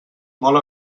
molt